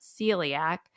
celiac